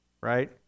right